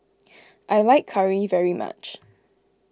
I like Curry very much